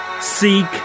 seek